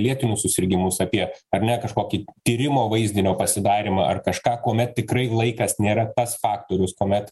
lėtinius susirgimus apie ar ne kažkokį tyrimo vaizdinio pasidarymą ar kažką kuomet tikrai laikas nėra tas faktorius kuomet